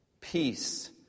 Peace